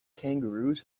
kangaroos